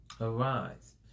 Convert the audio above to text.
Arise